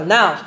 Now